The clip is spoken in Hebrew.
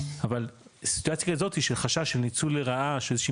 אבל סיטואציה כזאתי של חשש של ניצול לרעה של איזושהי